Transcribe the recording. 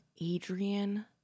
Adrian